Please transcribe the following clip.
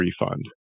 refund